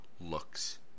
looks